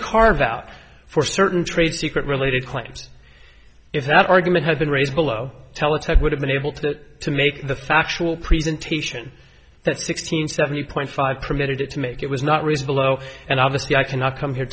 carve out for certain trade secret related claims if that argument had been raised below teletech would have been able to to make the factual presentation that sixteen seventy point five permitted to make it was not read below and obviously i cannot come here